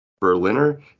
berliner